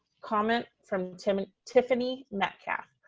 comment from tiffany tiffany metcalf.